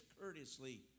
courteously